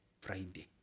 Friday